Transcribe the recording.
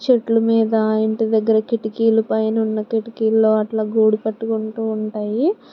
చెట్ల మీద ఆ ఇంటి దగ్గర కిటికీలు పైన ఉన్న కిటికీలు అట్లా గూడు కట్టుకుంటూ ఉంటాయి